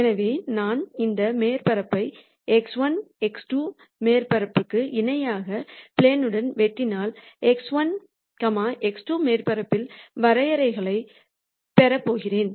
எனவே நான் இந்த மேற்பரப்பை x1 x2 மேற்பரப்புக்கு இணையாக ப்ளேன்னுடன்வெட்டினால் x1 x2 மேற்பரப்பில் வரையறைகளை பெறப்போகிறேன்